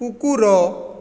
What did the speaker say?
କୁକୁର